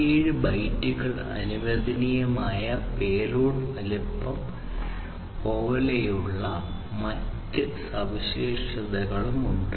127 ബൈറ്റുകൾ അനുവദനീയമായ പേലോഡ് വലുപ്പം പോലുള്ള മറ്റ് സവിശേഷതകളും ഉണ്ട്